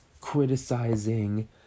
criticizing